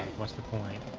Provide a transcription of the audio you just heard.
what's the point?